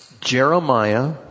Jeremiah